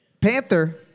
Panther